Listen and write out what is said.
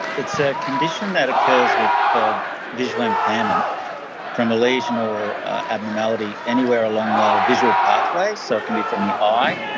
it's a condition that occurs with ah visual impairment from a lesion or abnormality anywhere along the visual pathway, so it can be from the eye,